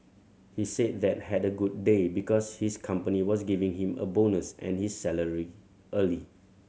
he said that had a good day because his company was giving him a bonus and his salary early